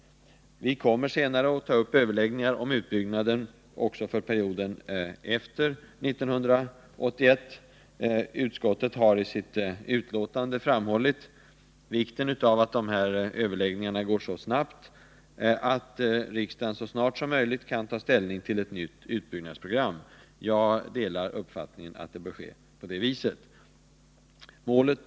Vi kommer senare att ta upp överläggningar om utbyggnaden också för perioden efter 1981. Utskottet har i sitt betänkande framhållit vikten av att dessa överläggningar går snabbt så att riksdagen så snart som möjligt kan ta ställning till ett nytt utbyggnadsprogram. Jag delar uppfattningen att det bör gå till på det viset.